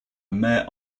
mare